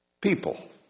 people